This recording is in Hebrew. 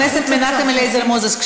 חבר הכנסת מנחם אליעזר מוזס,